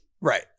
Right